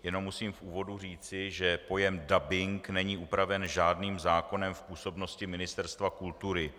Jenom musím v úvodu říci, že pojem dabing není upraven žádným zákonem v působnosti Ministerstva kultury.